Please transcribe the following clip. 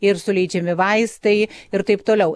ir suleidžiami vaistai ir taip toliau